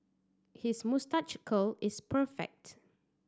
his moustache curl is perfect